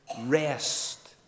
rest